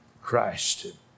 Christ